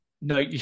no